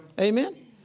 Amen